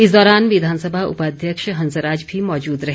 इस दौरान विधानसभा उपाध्यक्ष हंसराज भी मौजूद रहे